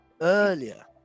earlier